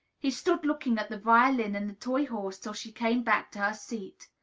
he stood looking at the violin and the toy horse till she came back to her seat.